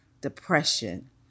depression